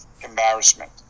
embarrassment